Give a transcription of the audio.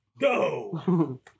Go